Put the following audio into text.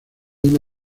una